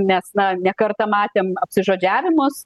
nes na ne kartą matėm apsižodžiavimus